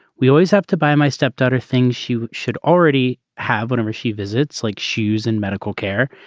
we always have to buy my stepdaughter things she should already have whenever she visits like shoes and medical care.